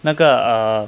那个 err